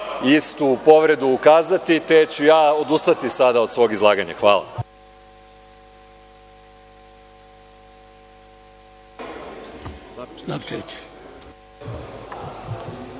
istu povredu ukazati, te ću ja odustati od svog izlaganja. Hvala.